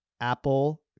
apple